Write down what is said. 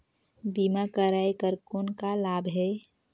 बीमा कराय कर कौन का लाभ है?